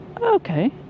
Okay